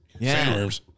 Sandworms